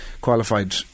qualified